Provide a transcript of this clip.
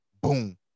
boom